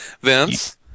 Vince